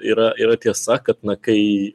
yra yra tiesa kad na kai